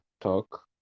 talk